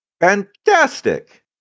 Fantastic